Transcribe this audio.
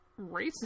racist